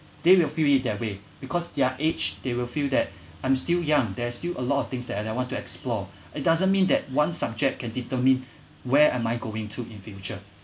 they will feel it that way because their age they will feel that I'm still young there's still a lot of things that I want to explore it doesn't mean that one subject can determine where am I going to in future